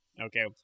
okay